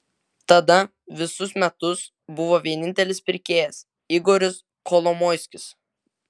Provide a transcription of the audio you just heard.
tada visus metus buvo vienintelis pirkėjas igoris kolomoiskis